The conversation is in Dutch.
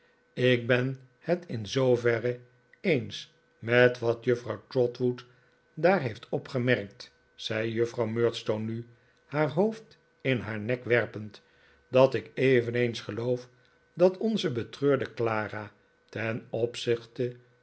ik ben het in zooverre eens met wat juffrouw trotwood daar heeft opgemerkt zei juffrouw murdstone nu haar hoof d in haar nek werpend dat ik eveneens geloof dat onze betreurde clara ten opzichte